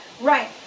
Right